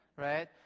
right